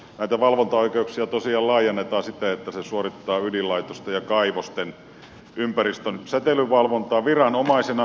näitä valvontaoikeuksia tosiaan laajennetaan siten että valvonta suoritetaan ydinlaitosten ja kaivosten ympäristön säteilyvalvontaviranomaisena